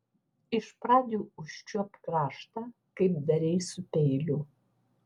iš pradžių užčiuopk kraštą kaip darei su peiliu